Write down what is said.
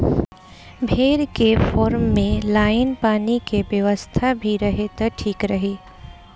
भेड़ के फार्म में लाइन पानी के व्यवस्था भी रहे त ठीक रही